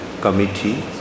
committee